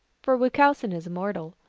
for wuchowsen is immortal.